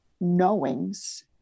knowings